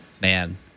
Man